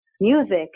music